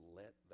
let